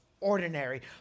ordinary